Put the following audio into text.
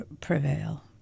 prevail